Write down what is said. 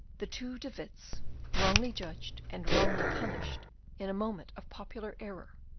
the two de witts, wrongly judged and wrongly punished in a moment of popular error,